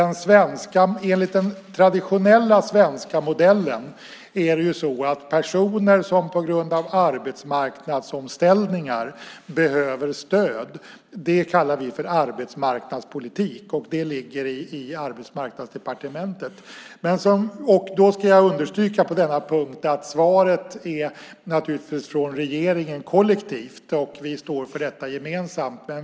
När personer behöver stöd på grund av arbetsmarknadsomställningar kallas det enligt den traditionella svenska modellen arbetsmarknadspolitik och ligger under Arbetsmarknadsdepartementet. Jag ska på denna punkt understryka att svaret givetvis är från regeringen kollektivt. Vi står för detta gemensamt.